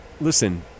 listen